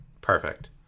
Perfect